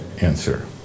answer